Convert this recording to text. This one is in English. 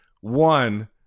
one